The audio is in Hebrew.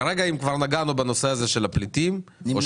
כרגע אם כבר נגענו בסיפור הזה של נמלטי המלחמה,